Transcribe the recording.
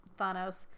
Thanos